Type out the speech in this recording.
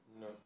No